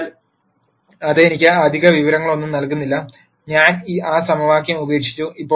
അതിനാൽ അത് എനിക്ക് അധിക വിവരങ്ങളൊന്നും നൽകുന്നില്ല ഞാൻ ആ സമവാക്യം ഉപേക്ഷിച്ചു